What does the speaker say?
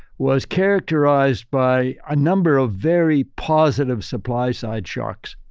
was characterized by a number of very positive supply side shocks.